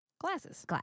Glasses